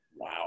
Wow